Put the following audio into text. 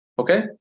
Okay